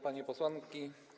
Panie Posłanki!